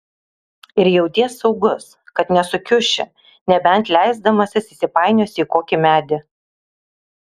ir jauties saugus kad nesukiuši nebent leisdamasis įsipainiosi į kokį medį